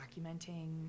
documenting